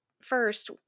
first